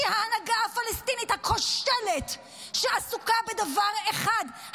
כי ההנהגה הפלסטינית הכושלת שעסוקה בדבר אחד,